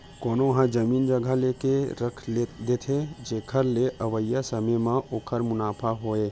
कोनो ह जमीन जघा लेके रख देथे, जेखर ले अवइया समे म ओखर मुनाफा होवय